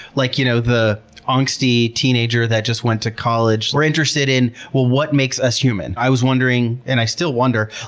like you know the ah angsty teenager that just went to college, was interested in, well what makes us human? i was wondering, and i still wonder,